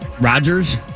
Rodgers